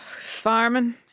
Farming